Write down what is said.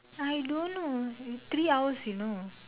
I don't know it's three hours you know